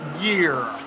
year